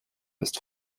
ist